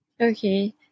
okay